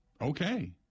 okay